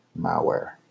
malware